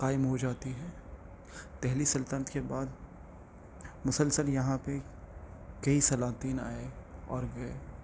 قائم ہو جاتی ہے دہلی سلطنت کے بعد مسلسل یہاں پہ کئی سلاطین آئے اور گئے